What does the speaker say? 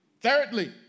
Thirdly